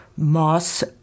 Moss